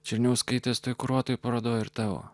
černiauskaitės kuruotoje parodoje ir tavo